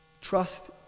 trust